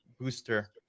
booster